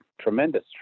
tremendous